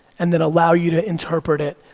and then allow you to interpret it,